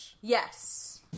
yes